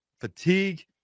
fatigue